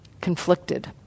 conflicted